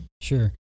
Sure